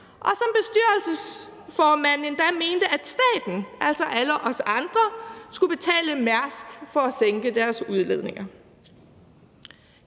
og bestyrelsesformanden mente endda, at staten, altså alle os andre, skulle betale Mærsk for at sænke deres udledninger.